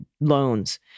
loans